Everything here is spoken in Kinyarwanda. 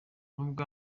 nubwo